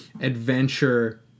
adventure